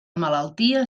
malaltia